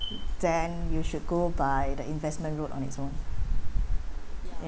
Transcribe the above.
then you should go by the investment road on its own